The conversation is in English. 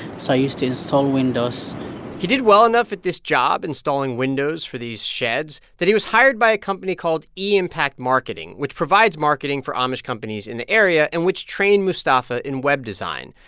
so i used to install windows he did well enough at this job installing windows for these sheds that he was hired by a company called e-impact marketing, which provides marketing for amish companies in the area and which trained mustafa in web design.